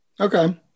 Okay